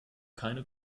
keine